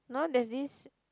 no there's this